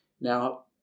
Now